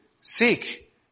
Seek